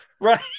Right